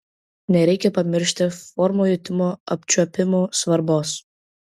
nereikia pamiršti formų jutimo apčiuopimu svarbos